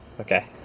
okay